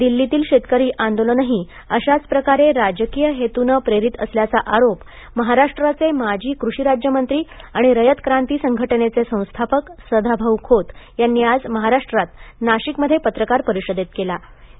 दिल्लीतील शेतकरी आंदोलनही अशाच प्रकारे राजकीय हेतूनं प्रेरीत असल्याचा आरोप महाराष्ट्राचे माजी कृषी राज्यमंत्री आणि रयत क्रांती संघटनेचे संस्थापक सदाभाऊ खोत यांनी आज महाराष्ट्रात नाशिकमध्ये पत्रकार परिषदेत केला आहे